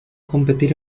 competir